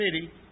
city